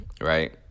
right